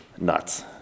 nuts